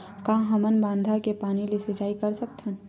का हमन बांधा के पानी ले सिंचाई कर सकथन?